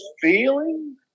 feeling